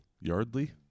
Yardley